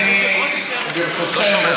ברשותכם,